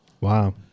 Wow